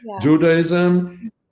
Judaism